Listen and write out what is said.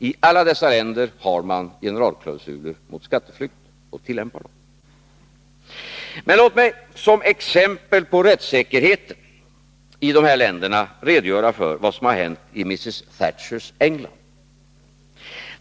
I alla dessa länder har man generalklausuler mot skatteflykt och tillämpar dem. Låt mig som exempel på rättssäkerheten i dessa länder redogöra för vad som har hänt i Mrs. Thatchers England.